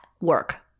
work